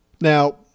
Now